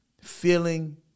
feeling